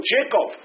Jacob